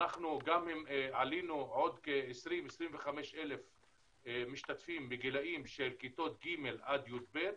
גם אם עלינו בעוד כ-25,000-20,000 משתתפים בגילאים של כיתות ג' עד י"ב,